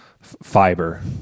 fiber